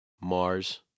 Mars